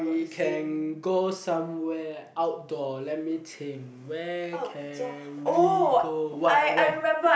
we can go somewhere outdoor let me think where can we go what where